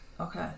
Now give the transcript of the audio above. Okay